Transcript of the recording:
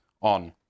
on